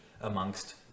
amongst